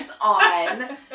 on